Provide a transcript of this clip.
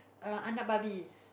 err barbie